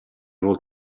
hall